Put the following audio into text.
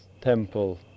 temple